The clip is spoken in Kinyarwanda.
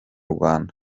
rwanda